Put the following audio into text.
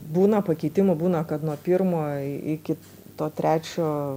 būna pakeitimų būna kad nuo pirmo iki to trečio